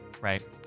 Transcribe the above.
Right